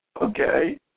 Okay